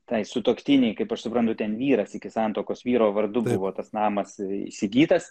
tai sutuoktinei kaip aš suprantu ten vyras iki santuokos vyro vardu buvo tas namas įsigytas